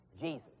Jesus